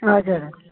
हजुर